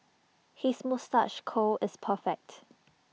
his moustache curl is perfect